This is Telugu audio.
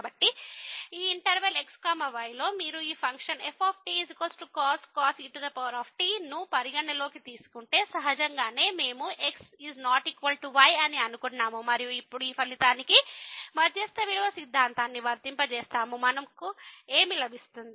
కాబట్టి ఈ ఇంటర్వెల్ x y లో మీరు ఈ ఫంక్షన్ ftcos e t ను పరిగణనలోకి తీసుకుంటే సహజంగానే మేము x ≠ y అని అనుకున్నాము మరియు ఇప్పుడు ఈ ఫలితానికి మధ్యస్థ విలువ సిద్ధాంతాన్ని వర్తింపజేస్తాము మనకు ఏమి లభిస్తుంది